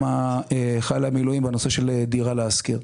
חיילי המילואים בנושא של דירה להשכיר.